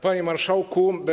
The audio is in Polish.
Panie Marszałku!